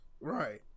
Right